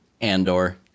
Andor